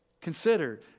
consider